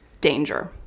danger